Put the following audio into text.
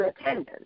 attendance